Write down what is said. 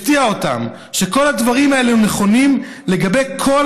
הפתיע אותנו שכל הדברים האלה הם נכונים לגבי כל